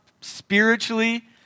spiritually